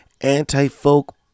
anti-folk